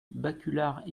baculard